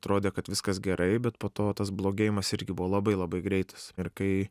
atrodė kad viskas gerai bet po to tas blogėjimas irgi buvo labai labai greitas ir kai